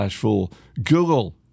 Google